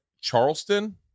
Charleston